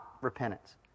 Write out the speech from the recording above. repentance